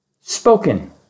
spoken